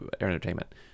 entertainment